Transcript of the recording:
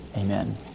Amen